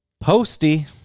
Posty